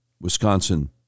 Wisconsin